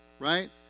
right